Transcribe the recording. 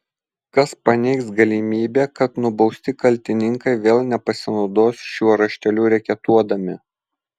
kas paneigs galimybę kad nubausti kaltininkai vėl nepasinaudos šiuo rašteliu reketuodami